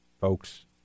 folks